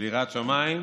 של יראת שמיים